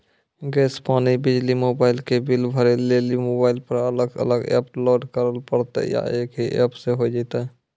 Gas, पानी, बिजली, mobile के बिल भरे लेली मोबाइल पर अलग अलग एप्प लोड करे परतै या एक ही एप्प से होय जेतै?